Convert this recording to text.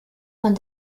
von